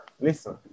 Listen